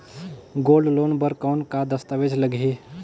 Gold loan बर कौन का दस्तावेज लगही?